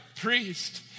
priest